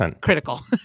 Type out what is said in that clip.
critical